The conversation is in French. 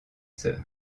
sœur